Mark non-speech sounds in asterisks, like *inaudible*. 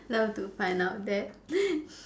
love to find out that *breath*